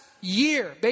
year